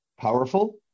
powerful